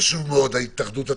חשוב מאוד, התאחדות התעשיינים,